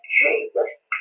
Jesus